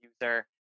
user